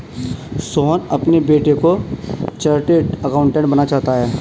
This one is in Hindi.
सोहन अपने बेटे को चार्टेट अकाउंटेंट बनाना चाहता है